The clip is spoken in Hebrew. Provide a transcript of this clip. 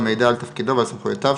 המעידה על תפקידו ועל סמכויותיו,